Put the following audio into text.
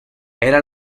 era